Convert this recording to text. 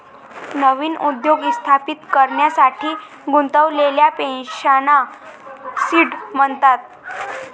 नवीन उद्योग स्थापित करण्यासाठी गुंतवलेल्या पैशांना सीड म्हणतात